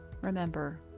Remember